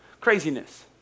Craziness